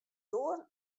doar